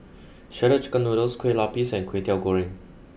shredded chicken noodles Kueh lapis and Kwetiau Goreng